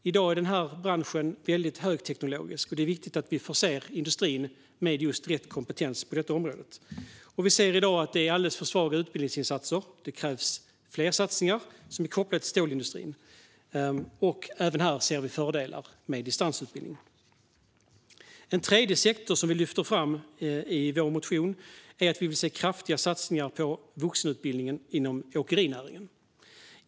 I dag är denna bransch väldigt högteknologisk, och det är viktigt att vi förser industrin med rätt kompetens på detta område. Vi ser i dag att det görs alldeles för svaga utbildningsinsatser - det krävs fler satsningar som är kopplade till stålindustrin. Även här ser vi fördelar med distansutbildning. En tredje sektor som vi lyfter fram i vår motion är åkerinäringen. Vi vill se kraftiga satsningar på vuxenutbildningen inom åkerinäringen.